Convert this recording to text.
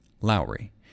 Lowry